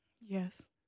Yes